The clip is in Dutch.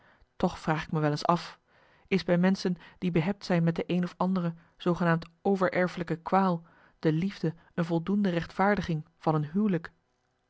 toch vraag ik me wel eens af is bij menschen die behept zijn met de een of andere zoogenaamd overerfelijke kwaal de liefde een voldoende rechtvaardiging van hun huwelijk